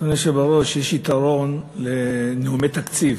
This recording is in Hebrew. אדוני היושב בראש, יש יתרון לנאומי תקציב,